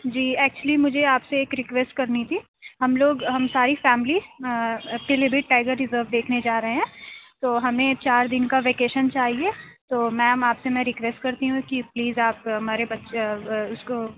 جی actually مجھے آپ سے ایک ریکویسٹ کرنی تھی ہم لوگ ہم ساری family Pilibhit tiger resort دیکھنے جا رہے ہیں تو ہمیں چار دن کا ویکیشن چاہیے تو میم آپ سے میں ریکوریسٹ کرتی ہوں کہ پلیز آپ ہمارے بچے اس کو